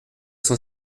cent